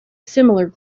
similar